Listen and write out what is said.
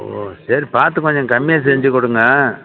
ஓஹோ சேரி பார்த்து கொஞ்சம் கம்மியாக செஞ்சு கொடுங்க